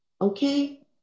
Okay